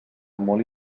molt